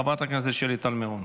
חברת הכנסת שלי טל מירון.